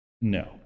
no